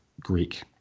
Greek